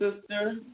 sister